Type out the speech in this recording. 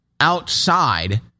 outside